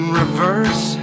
reverse